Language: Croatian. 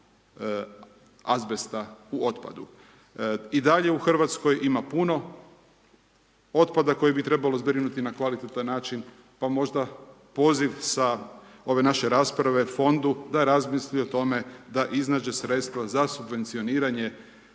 Hrvatskoj ima puno otpada koji bi trebalo zbrinuti na kvalitetan način, pa možda poziv sa ove naše rasprave Fondu da razmisli o tome, da iznađe sredstva za subvencioniranje